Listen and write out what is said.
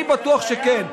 אני בטוח שכן.